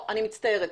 אני מצטערת,